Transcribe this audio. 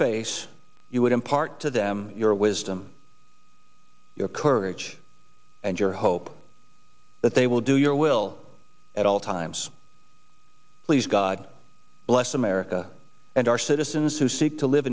face you would impart to them your wisdom your courage and your hope that they will do your will at all times please god bless america and our citizens who seek to live